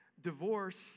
Divorce